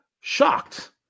shocked